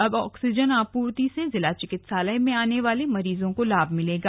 अब ऑक्सीजन आपूर्ति से जिला चिकित्सालय में आने वाले मरीजों को लाभ मिलेगा